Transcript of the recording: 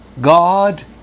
God